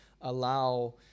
allow